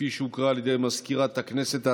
כפי שהוקרא על ידי מזכירת הכנסת.